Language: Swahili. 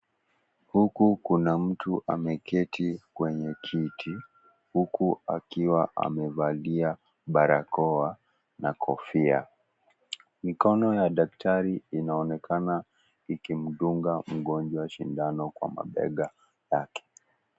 Huku kuna mtu ameketi kwenye kiti, huku akiwa amevalia barakoa na kofia. Mikono ya daktari inaoneka ikimdunga mgonjwa sindano kwa mabega yake.